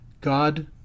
God